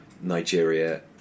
Nigeria